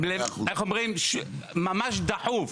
איך אומרים, ממש דחוף.